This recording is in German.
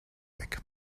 weg